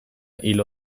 hil